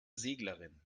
seglerin